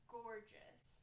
gorgeous